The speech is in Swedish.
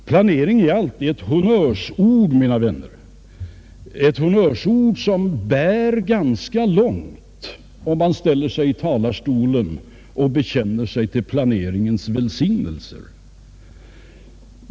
Planering är alltid ett honnörsord, mina vänner, ett honnörsord som bär ganska långt om man ställer sig i en talarstol och bekänner sig till planeringens välsignelser.